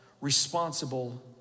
responsible